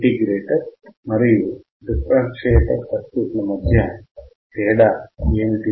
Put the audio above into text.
integrator మరియు differentiator circuit ల మధ్య తేడా ఏమిటి